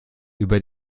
über